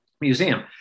museum